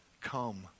come